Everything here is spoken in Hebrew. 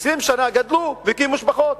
20 שנה גדלו והקימו משפחות.